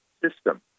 system